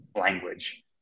language